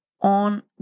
on